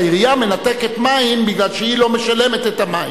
העירייה מנתקת מים כי היא לא משלמת את המים.